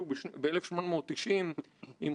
בבעיות שלא נמצאות ביכולת של עובדים